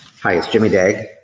hey, its jimmy dague,